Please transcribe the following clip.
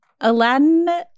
Aladdin